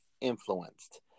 influenced